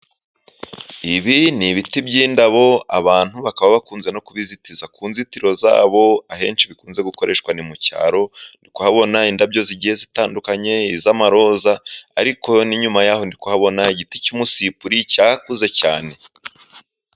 Ibi ni biti by' indabo abantu bakaba bakunze no kubizitiza, ku nzitiro zabo akenshi bikunze gukoreshwa ni mu cyaro, ndi kuhabona indabyo zigiye zitandukanye, z' amaroza ariko ni inyuma yaho ndi kuhabona, igiti cy' umusipuri cakuze cyane.